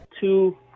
two